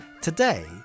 today